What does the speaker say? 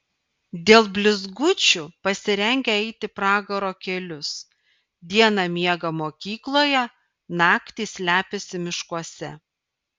dėl blizgučių pasirengę eiti pragaro kelius dieną miega mokykloje naktį slepiasi miškuose